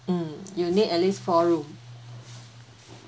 mm you need at least four room